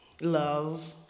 love